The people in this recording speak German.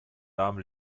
darm